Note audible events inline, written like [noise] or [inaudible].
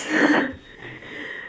[laughs]